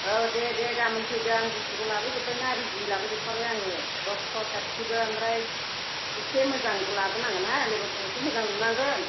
औ दे दे गाबोन फैदो आं बुस्थुखौ लाबोजोबबाय ना रेदि लाबोजोबखाबाय आङो रड थड गासिबो ओमफ्राय एसे मोजांखौ लोबोनांगोनहाय लेबारफोरखौ एसे मोजां लुनांगोन